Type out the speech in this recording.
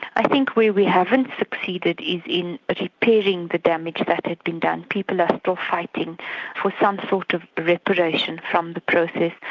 i think where we haven't succeeded is in but repairing the damage that had been done. people are still fighting for some sort of reparation from the process,